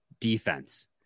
defense